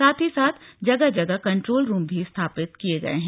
साथ ही जगह जगह कंट्रोल रूम भी स्थापित किए गए हैं